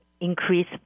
increase